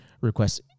request